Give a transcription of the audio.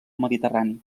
mediterrani